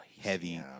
heavy